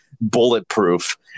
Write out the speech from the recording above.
bulletproof